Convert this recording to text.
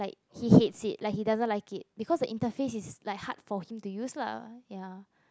he hates it like he doesn't like it because the inter phase is like hard for him to use lah ya